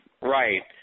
Right